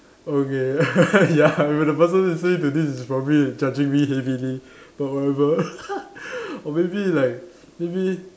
okay ya the person listening to this is probably judging me heavily but whatever or maybe like maybe